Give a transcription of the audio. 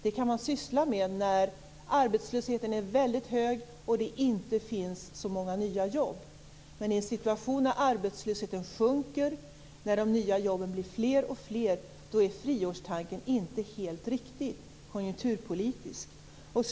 Det kan man syssla med när arbetslösheten är väldigt hög och det inte finns så många nya jobb. Men i en situation när arbetslösheten sjunker och de nya jobben blir fler och fler är friårstanken inte helt konjunkturpolitiskt riktig.